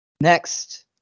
Next